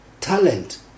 Talent